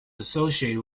associated